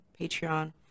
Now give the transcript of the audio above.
Patreon